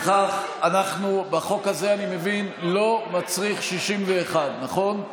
החוק הזה, אני מבין, לא מצריך 61. נכון?